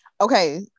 Okay